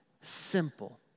Simple